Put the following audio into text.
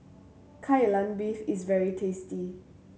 Kai Lan Beef is very tasty